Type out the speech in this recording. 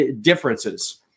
differences